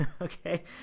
okay